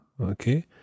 Okay